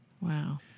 Wow